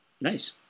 Nice